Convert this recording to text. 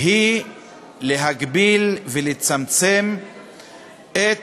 היא להגביל ולצמצם את